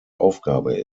aufgabe